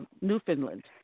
Newfoundland